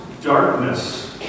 darkness